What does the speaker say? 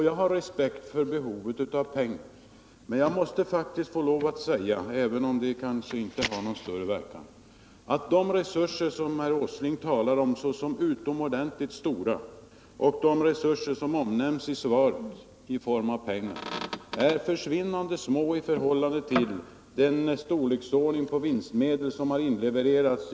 Jag har respekt för behovet av pengar, men jag måste faktiskt få lov att säga, även om det inte har någon större verkan, att de resurser som herr Åsling talar om som utomordentligt stora och de resurser som omnämns i svaret i form av pengar är försvinnande små i förhållande till storleksordningen av de vinstmedel som har inlevercerats under åren.